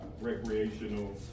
recreational